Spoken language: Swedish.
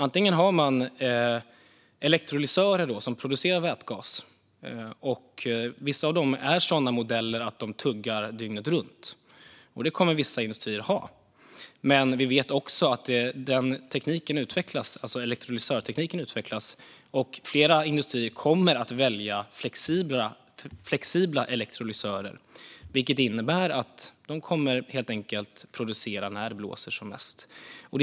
Det finns elektrolysörer som producerar vätgas genom sådana modeller som tuggar dygnet runt, och det kommer vissa industrier att ha. Men vi vet att elektrolysörtekniken utvecklas, och flera industrier kommer att välja flexibla elektrolysörer, vilket innebär att de helt enkelt kommer att producera när det blåser som mest.